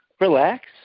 relax